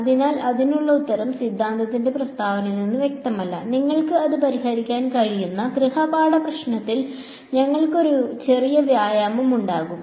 അതിനാൽ അതിനുള്ള ഉത്തരം സിദ്ധാന്തത്തിന്റെ പ്രസ്താവനയിൽ നിന്ന് വ്യക്തമല്ല നിങ്ങൾക്ക് അത് പരിഹരിക്കാൻ കഴിയുന്ന ഗൃഹപാഠ പ്രശ്നത്തിൽ ഞങ്ങൾക്ക് ഒരു ചെറിയ വ്യായാമം ഉണ്ടാകും